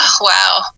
wow